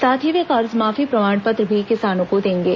साथ ही वे कर्जमाफी प्रमाण पत्र भी किसानों को देंगे